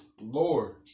Lord